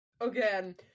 again